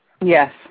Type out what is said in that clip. Yes